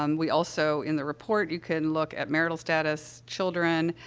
um we also in the report, you can look at marital status, children,